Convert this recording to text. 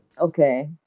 Okay